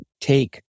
take